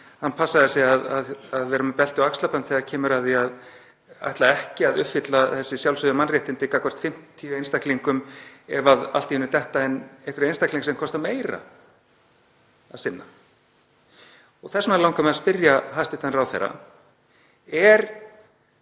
hann passaði sig á að vera með belti og axlabönd þegar kemur að því að ætla ekki að uppfylla þessi sjálfsögðu mannréttindi gagnvart 50 einstaklingum ef allt í einu detta inn einhverjir einstaklingar sem kostar meira að sinna. Þess vegna langar mig að spyrja hæstv. ráðherra: